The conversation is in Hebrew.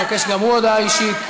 מבקש גם הוא הודעה אישית.